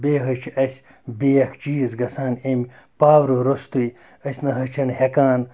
بیٚیہِ حظ چھِ اَسہِ بیٛکھ چیٖز گَژھان أمۍ پاورٕ روٚستُے أسۍ نہ حظ چھِنہٕ ہیٚکان